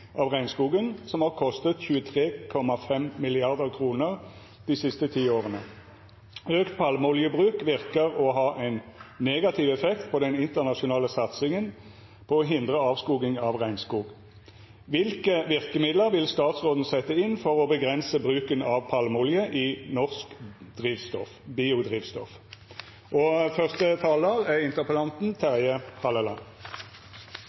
regnskogen, som har kostet 23,5 mrd. kr de siste ti årene. Økt palmeoljebruk virker å ha en motstridende effekt på den internasjonale satsingen på å hindre avskoging av regnskog, og mitt spørsmål blir da: Hvilke virkemidler vil statsråden sette inn for å begrense bruken av palmeolje i norsk biodrivstoff?